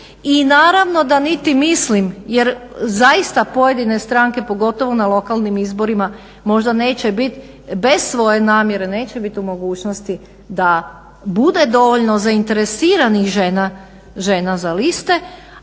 I naravno da niti mislim jer zaista pojedine stranke pogotovo na lokalnim izborima možda neće biti, bez svoje namjere, neće biti u mogućnosti da bude dovoljno zainteresiranih žena za liste,